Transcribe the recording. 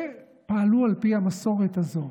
שפעלו על פי המסורת הזאת.